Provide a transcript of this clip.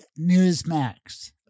Newsmax